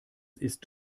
ist